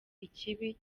ikibi